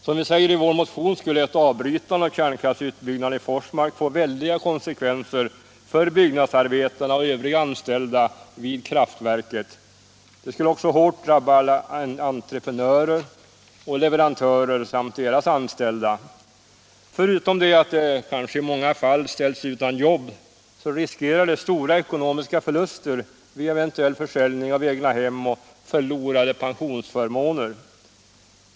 Som vi säger i vår motion skulle ett avbrytande av kärnkraftsutbyggnaden i Forsmark få väldiga konsekvenser för byggnadsarbetarna och övriga anställda vid kraftverket. Det skulle också hårt drabba alla entreprenörer och leverantörer samt deras anställda. Förutom att de kanske i många fall ställs utan jobb riskerar de stora ekonomiska förluster, vid eventuell försäljning av egnahem och i förlorade pensionsförmåner.